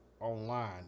online